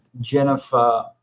Jennifer